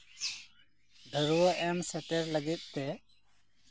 ᱰᱷᱟᱹᱨᱣᱟᱹᱜ ᱮᱢ ᱥᱮᱴᱮᱨ ᱞᱟᱹᱜᱤᱫ ᱛᱮ